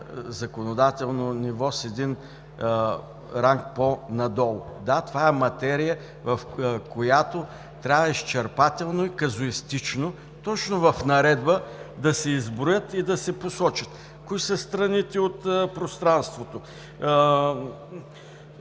законодателно ниво с един ранг по-надолу. Да, това е материя, в която трябва изчерпателно и казуистично точно в наредба да се изброят и посочат кои са страните от пространството,